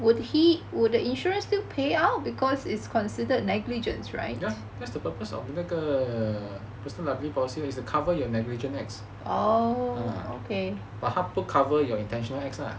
ya that's the purpose [what] of 那个 personal liability policy is to cover your negligent acts ah but 他不 cover your intentional acts lah